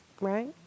right